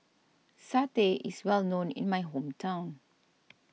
Satay is well known in my hometown